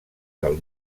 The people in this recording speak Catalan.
del